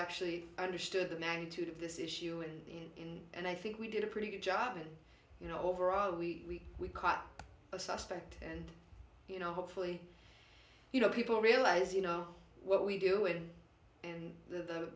actually understood the magnitude of this issue in and i think we did a pretty good job and you know overall we we caught a suspect and you know hopefully you know people realize you know what we do it and the